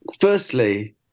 Firstly